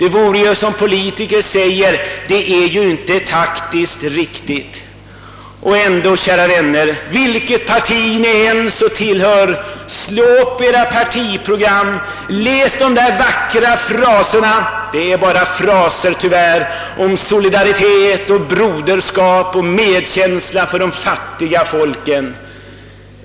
Politikern säger ofta att det inte är taktiskt riktigt, att handla. Men, kära vänner, vilket parti ni än tillhör, slå upp edra partiprogram, läs de vackra fraserna — det är tyvärr bara fraser — om solidaritet, broderskap och medkänsla med de fattiga folken.